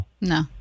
No